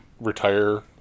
retire